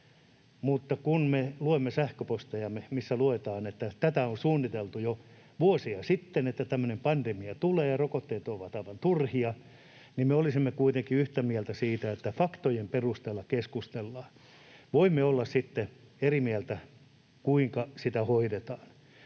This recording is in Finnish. Mutta kun me luemme sähköpostejamme, joissa lukee, että tätä on suunniteltu jo vuosia sitten, että tämmöinen pandemia tulee, ja rokotteet ovat aivan turhia, niin me olisimme kuitenkin yhtä mieltä siitä, että faktojen perusteella keskustellaan. Voimme olla sitten eri mieltä siitä, kuinka sitä hoidetaan.